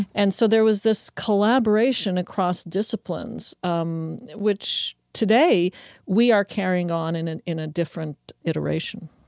and so there was this collaboration across disciplines, um which today we are carrying on in and in a different iteration